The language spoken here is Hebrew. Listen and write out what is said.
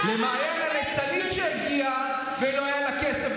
מעיין הליצנית שהגיעה ולא היה לה כסף